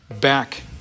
back